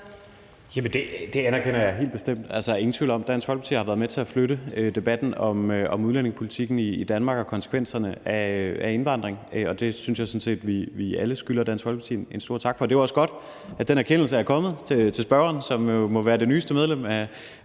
det anerkender jeg helt bestemt. Altså, der er ingen tvivl om, at Dansk Folkeparti har været med til at flytte debatten om udlændingepolitikken i Danmark og konsekvenserne af indvandringen, og det synes jeg sådan set vi alle skylder Dansk Folkeparti en stor tak for. Det er også godt, at den erkendelse er kommet til spørgeren, som jo nu må være det næstnyeste medlem af